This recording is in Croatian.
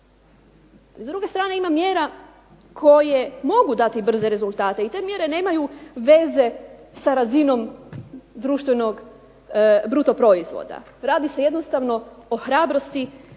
s druge strane ima mjera koje mogu dati brze rezultate i te mjere nemaju veze sa razinom društvenog bruto proizvoda. Radi se jednostavno o hrabrosti